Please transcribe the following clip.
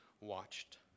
watched